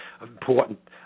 important